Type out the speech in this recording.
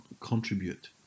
contribute